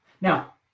Now